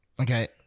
Okay